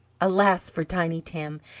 alas for tiny tim,